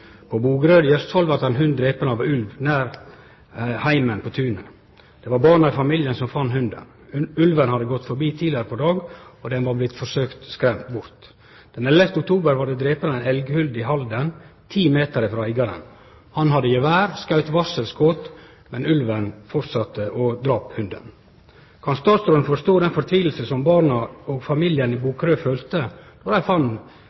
På Bokerød i Østfold vart ein hund drepen av ulv nær heimen, på tunet. Det var borna i familien som fann hunden. Ulven hadde gått forbi tidlegare på dagen, og han var forsøkt skremt bort. Den 11. oktober vart det drepen ein elghund i Halden, 10 m frå eigaren. Han hadde gevær og skaut varselskot, men ulven fortsette og drap hunden. Kan statsråden forstå den fortvilinga som borna og familien på Bokerød følte då dei fann